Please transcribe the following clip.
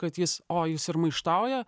kad jis o jis ir maištauja